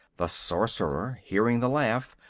the sorcerer, hearing the laugh,